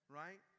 right